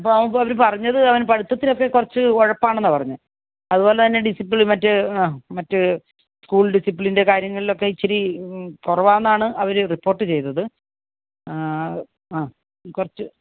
അപ്പോൾ അവർ പറഞ്ഞത് പഠിത്തത്തിലൊക്കെ കുറച്ചു ഉഴപ്പാണെന്നാണ് പറഞ്ഞത് അതുപോലെ തന്നെ ഡിസിപ്ലിൻ മറ്റ് മറ്റ് സ്കൂൾ ഡിസിപ്ലിൻ്റെ കാര്യങ്ങളിൽ ഒക്കെ ഇച്ചിരി കുറവാന്നാണ് അവർ റിപ്പോർട്ട് ചെയ്തത് അഹ് കുറച്ചു